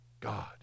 God